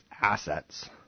assets